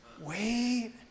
wait